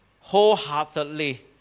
wholeheartedly